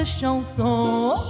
chanson